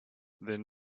than